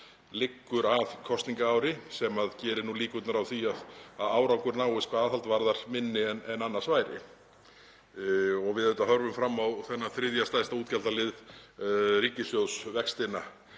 liggur að kosningaári sem gerir líkurnar á því að árangur náist hvað aðhald varðar minni en annars væri. Við horfum fram á þennan þriðja stærsta útgjaldalið ríkissjóðs, vextina,